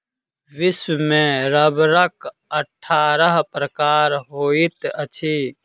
विश्व में रबड़क अट्ठारह प्रकार होइत अछि